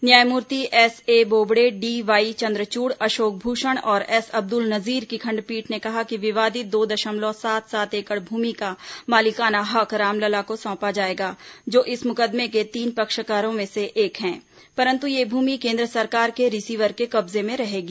न्यायमूर्ति SA Bobde DY Chandrachud Ashok Bhushan और S Abdul Nazeer की खंड पीठ ने कहा कि विवादित दो दशमलव सात सात एकड़ भूमि का मालिकाना हक रामलला को सौंपा जाएगा जो इस मुकदमें के तीन पक्षकारों में से एक है पंरतु यह भूमि केंद्र सरकार के रिसीवर के कब्जे में रहेगी